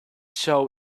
show